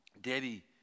Debbie